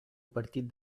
partit